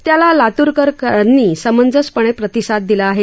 त्याला लात्रकरांनी समंजसपणे प्रतिसाद दिला आहे